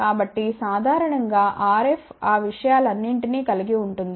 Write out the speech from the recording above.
కాబట్టి సాధారణం గా RF ఆ విషయాలన్నింటినీ కలిగి ఉంటుంది